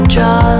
Draw